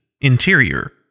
Interior